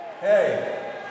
Hey